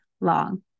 long